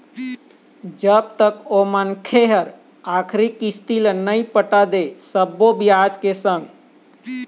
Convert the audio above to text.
जब तक ओ मनखे ह आखरी किस्ती ल नइ पटा दे सब्बो बियाज के संग